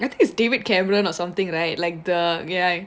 I think is david cameron or something right like the ya